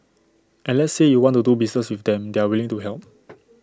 and let's say you want to do business with them they're willing to help